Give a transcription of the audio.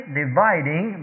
dividing